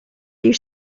you